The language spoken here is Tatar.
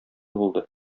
булды